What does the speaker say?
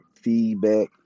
feedback